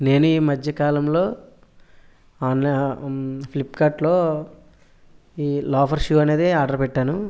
నేను ఈ మధ్యకాలంలో ఆన్లై ఫ్లిప్కార్ట్లో ఈ లోఫర్ షూ అనేది ఆర్డర్ పెట్టాను